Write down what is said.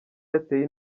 yarateye